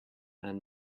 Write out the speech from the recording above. and